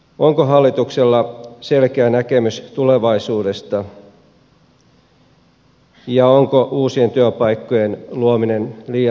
onko hallituksella selkeä näkemys tulevaisuudesta ja onko uusien työpaikkojen luominen liian hidasta